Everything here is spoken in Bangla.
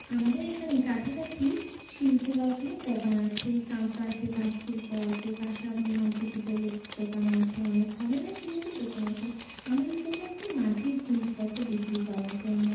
আমাদের এখানে কাছাকাছি শিল্প কারখানার দোকান আছে তাঁত আছে তাঁত শিল্প আছে কাঁসার মাটি পিতলের দোকান আছে অনেক ধরনের জিনিসের দোকান আছে আমাদের দোকানটা মাটির জিনিসপত্র বিক্রি করার জন্য